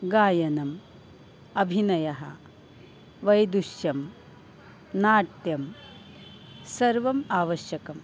गायनम् अभिनयः वैदुष्यं नाट्यं सर्वम् आवश्यकं